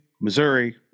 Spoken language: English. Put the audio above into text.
Missouri